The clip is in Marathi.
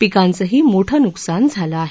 पिकांचंही मोठं नुकसान झालं आहे